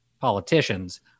politicians